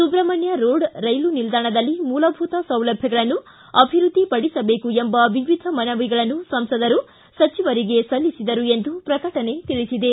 Subrahmanya road ರೈಲು ನಿಲ್ದಾಣದಲ್ಲಿ ಮೂಲಭೂತ ಸೌಲಭ್ಯಗಳನ್ನು ಅಭಿವೃದ್ಧಿ ಪಡಿಸಬೇಕು ಎಂಬ ವಿವಿಧ ಮನವಿಗಳನ್ನು ಸಂಸದರು ಸಚಿವರಿಗೆ ಸಲ್ಲಿಸಿದರು ಎಂದು ಪ್ರಕಟಣೆ ತಿಳಿಸಿದೆ